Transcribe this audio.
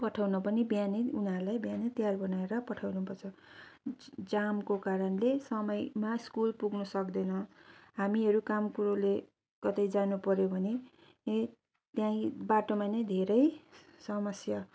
पठाउन पनि बिहानै उनीहरूलाई बिहानै तयार बनाएर पठाउनुपर्छ जामको कारणले समयमा स्कुल पुग्नु सक्दैन हामीहरू काम कुरोले कतै जानुपऱ्यो भने त्यही बाटोमा नै धेरै समस्या